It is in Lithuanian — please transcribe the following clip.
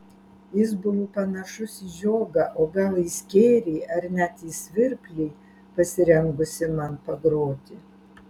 jis buvo panašus į žiogą o gal į skėrį ar net į svirplį pasirengusį man pagroti